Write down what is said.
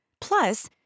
Plus